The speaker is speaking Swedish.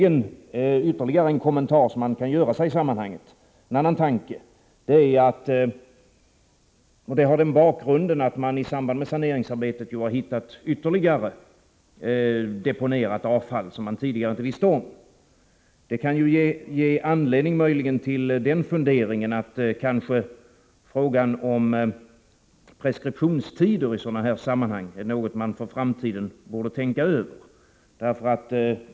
En annan kommentar som man kan göra i sammanhanget — mot bakgrund av att det vid saneringsarbetet har hittats ytterligare deponerat avfall som man tidigare inte visste om —är att frågan om preskriptionstid inför framtiden borde tänkas över.